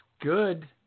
good